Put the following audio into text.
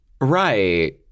Right